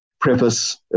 preface